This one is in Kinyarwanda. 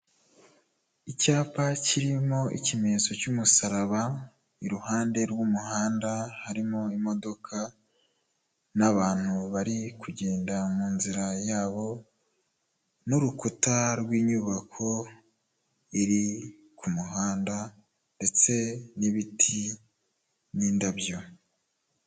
Icyapa kirimo ikimenyetso cy'umusaraba, iruhande rw'umuhanda harimo imodoka n'abantu bari kugenda mu nzira yabo, n'urukuta rw'inyubako iri ku muhanda, ndetse n'ibiti, n'indabyo.